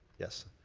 yes,